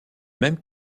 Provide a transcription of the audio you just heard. même